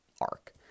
arc